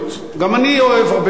גם אני אוהב הרבה "רותיות",